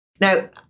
Now